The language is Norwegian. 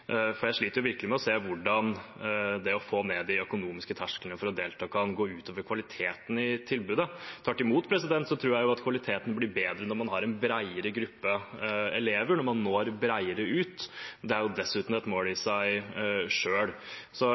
for jeg sliter virkelig med å se hvordan det å få ned de økonomiske tersklene for å delta, kan gå utover kvaliteten i tilbudet. Tvert imot tror jeg kvaliteten blir bedre når man har en bredere gruppe elever, når man når bredere ut. Det er dessuten et mål i seg